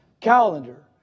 calendar